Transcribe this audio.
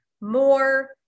more